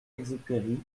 exupéry